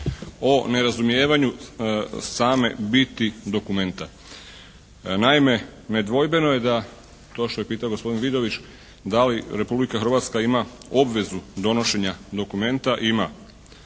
o nerazumijevanju same biti dokumenta. Naime nedvojbeno je da to što je pitao gospodin Vidović da li Republika Hrvatska ima obvezu donošenja dokumenta? Ima.